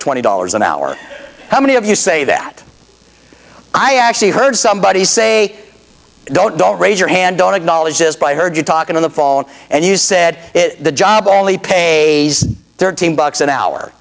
twenty dollars an hour how many of you say that i actually heard somebody say don't don't raise your hand don't acknowledge this by heard you talking on the phone and you said the job only pays thirteen bucks an hour